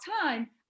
time